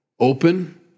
open